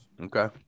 Okay